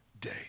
day